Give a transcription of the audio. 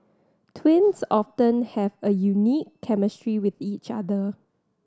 twins often have a unique chemistry with each other